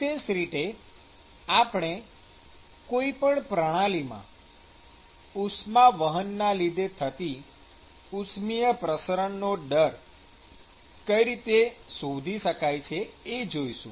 વિશેષ રીતે આપણે કોઈ પણ પ્રણાલી માં ઉષ્માવહનના લીધે થતાં ઉષ્મિય પ્રસરણનો દર કઈ રીતે શોધી શકાય એ જોઈશું